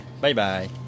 Bye-bye